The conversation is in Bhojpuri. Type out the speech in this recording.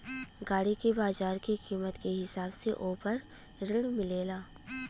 गाड़ी के बाजार के कीमत के हिसाब से वोह पर ऋण मिलेला